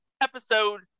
episode